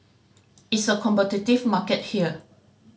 it's a competitive market here